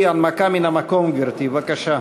בבקשה,